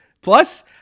Plus